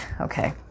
Okay